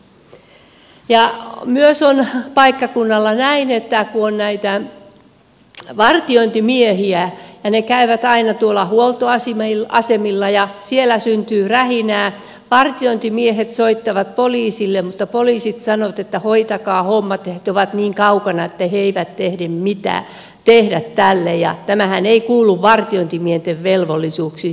myös on paikkakunnalla näin että kun on näitä vartiointimiehiä ja ne käyvät aina huoltoasemilla ja siellä syntyy rähinää vartiointimiehet soittavat poliisille mutta poliisit sanovat että hoitakaa hommat että he ovat niin kaukana että he eivät ehdi mitään tehdä tälle ja tämähän ei kuulu vartiointimiesten velvollisuuksiin